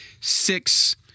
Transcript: six